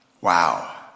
Wow